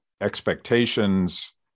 expectations